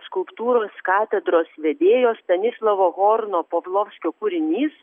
skulptūros katedros vedėjo stanislovo horno pavlovskio kūrinys